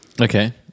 Okay